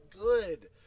good